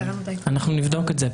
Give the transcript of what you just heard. אנחנו נבדוק את זה.